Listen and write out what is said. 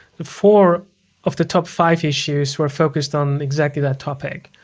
the four of the top five issues were focused on exactly that topic.